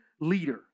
leader